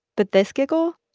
but this giggle,